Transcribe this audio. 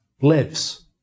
lives